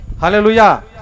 Hallelujah